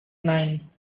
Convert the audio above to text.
nine